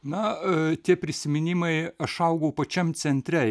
na tie prisiminimai aš augau pačiam centre